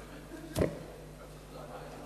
כבוד